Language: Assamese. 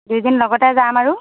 দুইজনী লগতে যাম আৰু